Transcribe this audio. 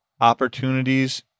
Opportunities